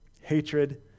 hatred